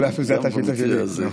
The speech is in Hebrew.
לא במקרה הזה.